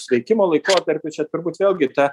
sveikimo laikotarpiu čia turbūt vėlgi ta